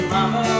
Mama